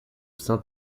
saint